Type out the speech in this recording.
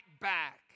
back